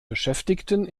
beschäftigten